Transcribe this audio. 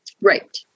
Right